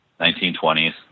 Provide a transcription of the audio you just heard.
1920s